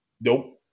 Nope